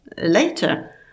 later